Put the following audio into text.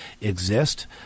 exist